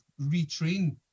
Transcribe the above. retrain